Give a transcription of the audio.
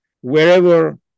wherever